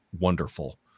wonderful